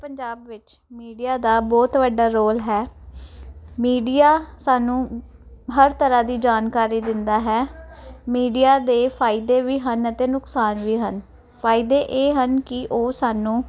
ਪੰਜਾਬ ਵਿੱਚ ਮੀਡੀਆ ਦਾ ਬਹੁਤ ਵੱਡਾ ਰੋਲ ਹੈ ਮੀਡੀਆ ਸਾਨੂੰ ਹਰ ਤਰ੍ਹਾਂ ਦੀ ਜਾਣਕਾਰੀ ਦਿੰਦਾ ਹੈ ਮੀਡੀਆ ਦੇ ਫਾਇਦੇ ਵੀ ਹਨ ਅਤੇ ਨੁਕਸਾਨ ਵੀ ਹਨ ਫਾਇਦੇ ਇਹ ਹਨ ਕਿ ਉਹ ਸਾਨੂੰ